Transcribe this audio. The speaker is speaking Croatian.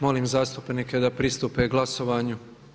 Molim zastupnike da pristupe glasovanju.